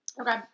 Okay